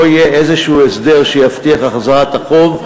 יהיה איזשהו הסדר שיבטיח החזרת החוב,